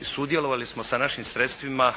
sudjelovali smo sa našim sredstvima